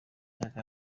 myaka